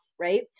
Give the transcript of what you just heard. right